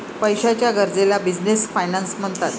पैशाच्या गरजेला business finance म्हणतात